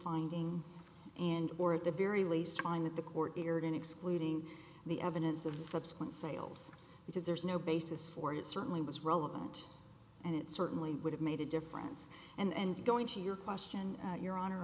finding and or at the very least find that the court bearden excluding the evidence of the subsequent sales because there's no basis for it certainly was relevant and it certainly would have made a difference and going to your question your honor